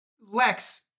Lex